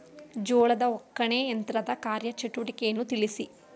ಜೋಳದ ಒಕ್ಕಣೆ ಯಂತ್ರದ ಕಾರ್ಯ ಚಟುವಟಿಕೆಯನ್ನು ತಿಳಿಸಿ?